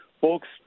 folks